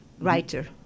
writer